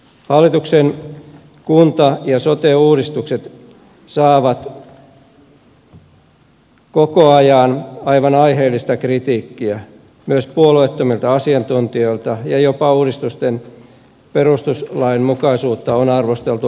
hallituksen kunta ja sote uudistukset saavat koko ajan aivan aiheellista kritiikkiä myös puolueettomilta asiantuntijoilta ja jopa uudistusten perustuslainmukaisuutta on arvosteltu ankarasti